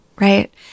right